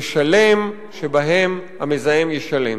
משלם, שבהם המזהם ישלם.